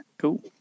Cool